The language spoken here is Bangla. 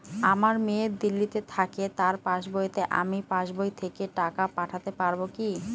আমার মেয়ে দিল্লীতে থাকে তার পাসবইতে আমি পাসবই থেকে টাকা পাঠাতে পারব কি?